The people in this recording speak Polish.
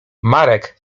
marek